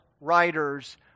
writers